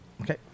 Okay